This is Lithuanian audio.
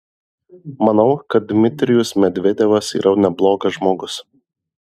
manau kad dmitrijus medvedevas yra neblogas žmogus